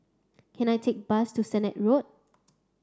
can I take bus to Sennett Road